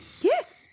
Yes